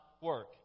work